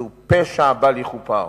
זהו פשע בל יכופר.